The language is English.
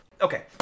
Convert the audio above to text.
Okay